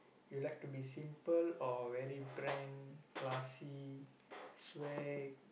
you like to be simple or very brand classy swag